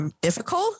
difficult